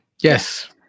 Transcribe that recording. Yes